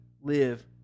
live